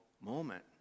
moment